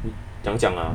怎么样讲啊